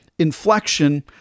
inflection